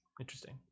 Interesting